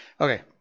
Okay